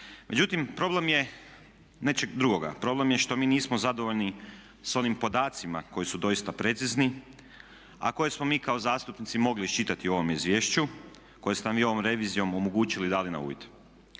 Međutim, problem je nečeg drugoga, problem je što mi nismo zadovoljni sa onim podacima koji su doista precizni a koje smo mi kao zastupnici mogli iščitati u ovom izvješću koje ste nam vi ovom revizijom omogućili i dali na uvid.